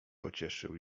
pocieszył